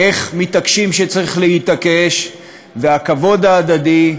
איך מתעקשים כשצריך להתעקש, והכבוד ההדדי,